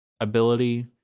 ability